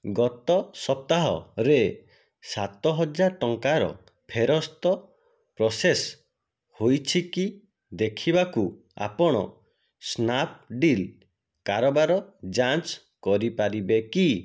ଗତ ସପ୍ତାହ ରେ ସାତ ହଜାର ଟଙ୍କାର ଫେରସ୍ତ ପ୍ରସେସ ହୋଇଛି କି ଦେଖିବାକୁ ଆପଣ ସ୍ନାପ୍ଡୀଲ୍ କାରବାର ଯାଞ୍ଚ କରିପାରିବେ କି